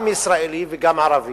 גם ישראלי וגם ערבי,